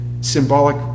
symbolic